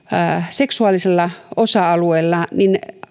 seksuaalisella osa alueella niin